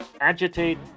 Agitate